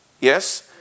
Yes